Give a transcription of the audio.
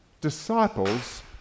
disciples